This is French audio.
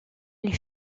les